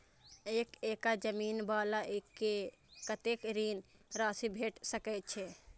एक एकड़ जमीन वाला के कतेक ऋण राशि भेट सकै छै?